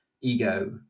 ego